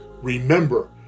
Remember